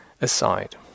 aside